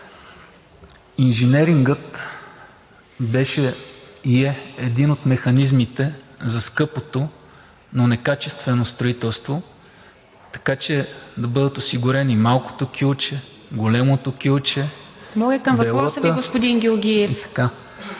Инженерингът беше и е един от механизмите за скъпото, некачествено, но строителство, така че да бъдат осигурени малкото кюлче, голямото кюлче… ПРЕДСЕДАТЕЛ